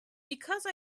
because